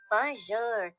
Bonjour